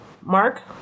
Mark